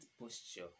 posture